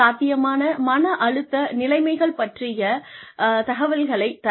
சாத்தியமான மன அழுத்த நிலைமைகள் பற்றிய தகவல்களைத் தரவும்